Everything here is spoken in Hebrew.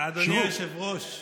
אדוני היושב-ראש,